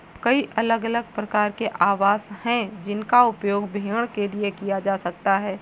कई अलग अलग प्रकार के आवास हैं जिनका उपयोग भेड़ के लिए किया जा सकता है